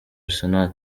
arsenal